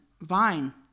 Vine